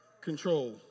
control